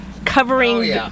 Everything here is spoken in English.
covering